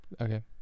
Okay